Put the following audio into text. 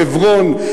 חברון,